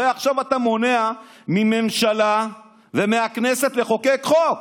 הרי עכשיו אתה מונע מהממשלה ומהכנסת לחוקק חוק.